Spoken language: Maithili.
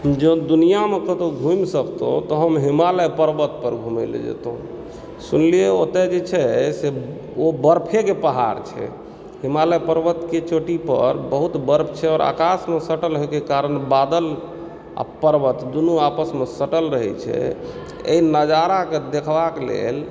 जँ दुनियामे कतहुँ घूमि सकितहुँ तऽ हम हिमालय पर्वत पर घुमयलऽ जयतहुँ सुनलियै ओतय जे छै से ओ बर्फेके पहाड़ छै हिमालय पर्वतके चोटी पर बहुत बर्फ छै आओर आकाशमे सटल होयके कारण बादल आ पर्वत दुनू आपसमे सटल रहैत छै एहि नजाराके देखबाक लेल